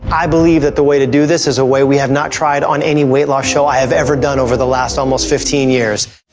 i believe that the way to do this is a way we have not tried on any weight loss show i have ever done over the last almost fifteen years.